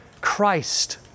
Christ